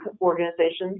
organizations